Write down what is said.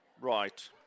Right